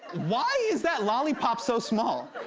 why is that lollipop so small?